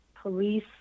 police